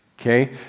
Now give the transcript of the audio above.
Okay